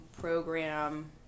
program